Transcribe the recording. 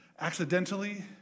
accidentally